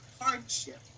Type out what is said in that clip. hardship